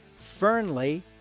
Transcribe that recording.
Fernley